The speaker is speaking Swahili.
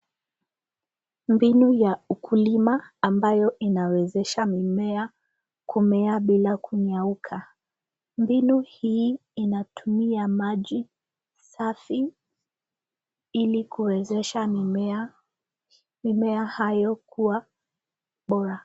Mbinu ya ukulima ambayo inawezesha mimea kumea bila kunyauka. Mbinu hii inatumia maji safi ili kuwezesha mimea hayo kuwa bora.